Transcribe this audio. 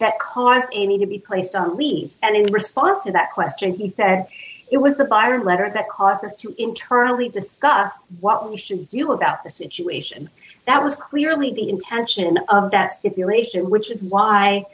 that current a need to be placed on leave and in response to that question he said it was the byron letter that caused us to internally discuss what we should do about the situation that was clearly the intention of that stipulation which is why